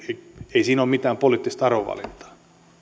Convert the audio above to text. ei siinä ole mitään poliittista arvovalintaa